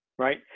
Right